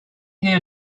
hear